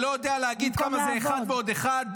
-- שלא יודע להגיד כמה זה אחת ועוד אחת,